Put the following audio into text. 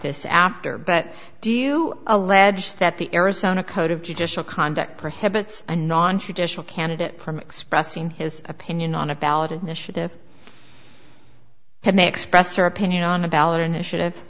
this after but do you allege that the arizona code of judicial conduct prohibits a nontraditional candidate from expressing his opinion on a ballot initiative had they expressed their opinion on a ballot initiative